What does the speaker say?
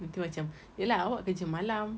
nanti macam ye lah awak kerja malam